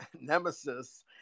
nemesis